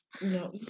No